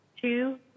two